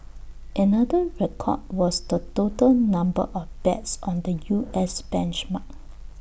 another record was the total number of bets on the U S benchmark